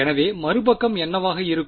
எனவே மறுபக்கம் என்னவாக இருக்கும்